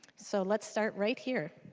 so let's start right here.